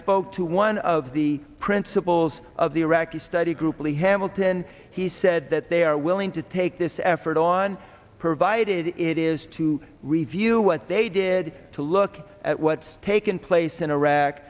spoke to one of the principals of the iraqi study group lee hamilton he said that they are willing to take this effort on provided it is to review what they did to look at what's taken place in iraq